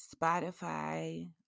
Spotify